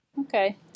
okay